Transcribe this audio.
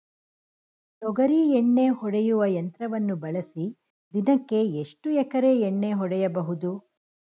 ತೊಗರಿ ಎಣ್ಣೆ ಹೊಡೆಯುವ ಯಂತ್ರವನ್ನು ಬಳಸಿ ದಿನಕ್ಕೆ ಎಷ್ಟು ಎಕರೆ ಎಣ್ಣೆ ಹೊಡೆಯಬಹುದು?